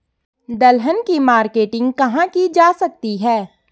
दलहन की मार्केटिंग कहाँ की जा सकती है?